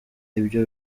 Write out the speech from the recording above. ibyo